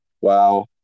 Wow